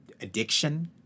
addiction